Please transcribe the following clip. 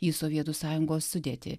į sovietų sąjungos sudėtį